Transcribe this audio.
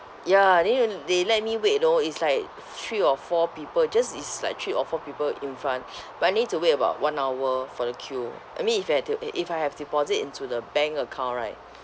ya then you they let me wait you know is like three or four people just is like three or four people in front but I need to wait about one hour for the queue I mean if you had to i~ if I have deposit into the bank account right